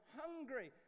hungry